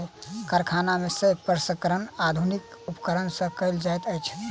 कारखाना में शस्य प्रसंस्करण आधुनिक उपकरण सॅ कयल जाइत अछि